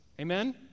Amen